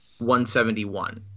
171